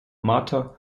marta